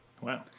Wow